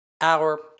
hour